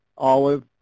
olive